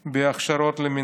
היבה יזבק, חמש דקות לרשותך.